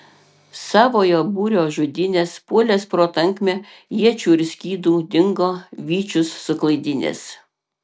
savojo būrio žudynes puolęs pro tankmę iečių ir skydų dingo vyčius suklaidinęs